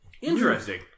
Interesting